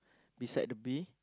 beside the bee